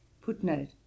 Footnote